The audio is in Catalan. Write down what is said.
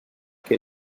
que